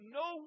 no